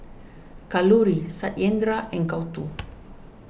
Kalluri Satyendra and Gouthu